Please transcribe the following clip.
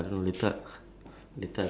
ya so today if I'm working